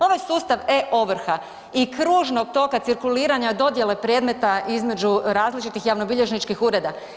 Ovaj sustav E-ovrha i kružnog toka cirkuliranja dodjele predmeta između različitih javnobilježničkih ureda.